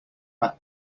bat